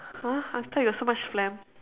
!huh! I thought you have so much phlegm